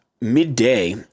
midday